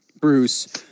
Bruce